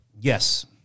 Yes